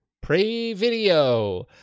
pre-video